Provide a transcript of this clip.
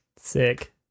Sick